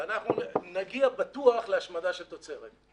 ואנחנו נגיע בטוח להשמדה של תוצרת.